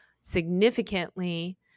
significantly